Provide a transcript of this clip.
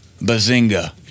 bazinga